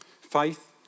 Faith